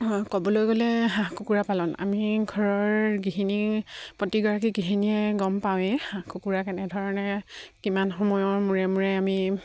ক'বলৈ গ'লে হাঁহ কুকুৰা পালন আমি ঘৰৰ গৃহিণী প্ৰতিগৰাকী গৃহিনীয়ে গম পাওঁৱেই হাঁহ কুকুৰা কেনেধৰণে কিমান সময়ৰ মূৰে মূৰে আমি